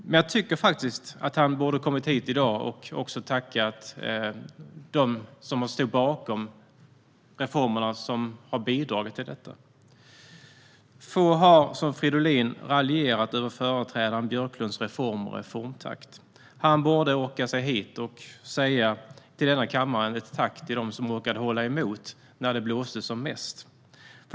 Men jag tycker faktiskt att han borde ha kommit hit i dag och tackat dem som står bakom reformerna och som har bidragit till detta. Få har som Fridolin raljerat över företrädaren Jan Björklunds reformer och reformtakt. Han borde därför orka komma hit och säga tack till dem i denna kammare som orkade hålla emot när det blåste som mest.